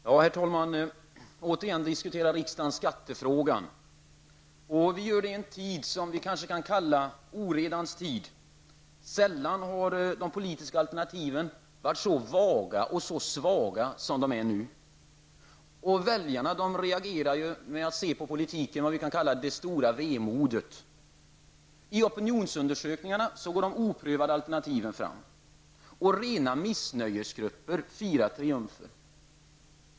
Herr talman! Återigen diskuterar riksdagen skattefrågan. Vi gör det i en tid som kanske kan kallas oredans tid. Sällan har de politiska alternativen varit så svaga eller vaga som nu. Och väljarna reagerar med att se på politiken med det stora vemodet. I opinionsundersökningarna går oprövade alternativ framåt, och rena missnöjesgrupper firar triumfer.